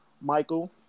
Michael